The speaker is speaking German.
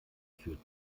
führt